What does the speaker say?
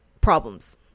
problems